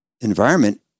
environment